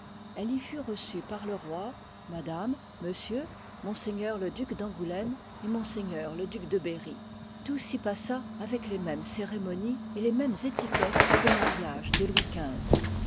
elle y fut reçue parle roi madame monsieur ms le duc d angoulême et ms le duc de berry tout s'y passa avec les mêmes cérémonies et les mêmes étiquettes qu'au mariage de louis